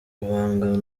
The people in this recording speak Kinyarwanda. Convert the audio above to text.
umuhango